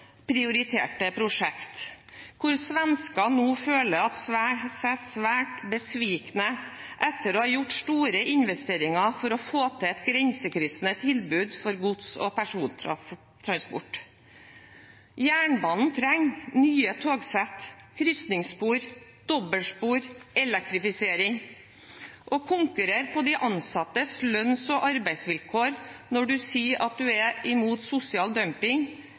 prioriterte prosjekt, hvor svenskene nå føler seg svært «besvikne» etter å ha gjort store investeringer for å få til et grensekryssende tilbud for gods- og persontransport. Jernbanen trenger nye togsett, krysningsspor, dobbeltspor og elektrifisering. Å konkurrere på de ansattes lønns- og arbeidsvilkår når man sier at man er imot sosial dumping,